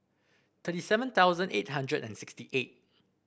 thirty seven thousand eight hundred and sixty eight